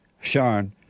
Sean